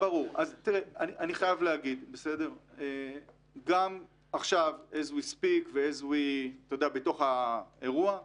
אני חייב להגיד, גם עכשיו, בתוך האירוע,